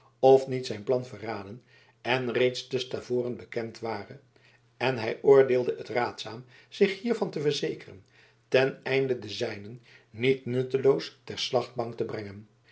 of niet zijn plan verraden en reeds te stavoren bekend ware en hij oordeelde het raadzaam zich hiervan te verzekeren ten einde de zijnen niet nutteloos ter slachtbank te brengen